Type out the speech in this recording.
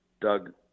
Doug